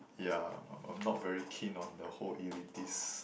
yeah I'm I'm not very keen on the whole elitist